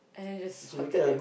and then just haunted them